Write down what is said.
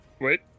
Wait